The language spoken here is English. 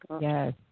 Yes